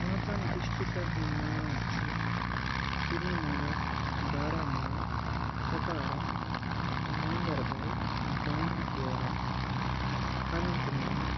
پانٛژَن ڈِسٹِکَن ہِنٛدۍ ناو چھِ سرینگر بارہمولہ کۄپوارہ گاندَربَل بانڈی پورہ اننت ناگ